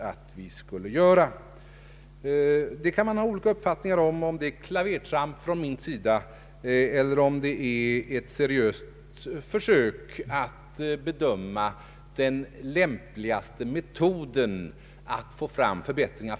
Man kan ha olika uppfattningar om huruvida det är ett klavertramp från min sida eller ett seriöst försök att bedöma den lämpligaste metoden att få fram förbättringar.